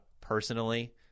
personally